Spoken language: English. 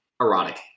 erotic